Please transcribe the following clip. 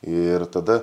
ir tada